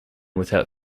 without